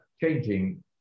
changing